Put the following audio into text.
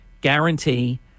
guarantee